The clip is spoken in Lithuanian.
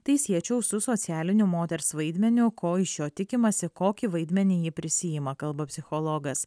tai siečiau su socialiniu moters vaidmeniu ko iš jo tikimasi kokį vaidmenį ji prisiima kalba psichologas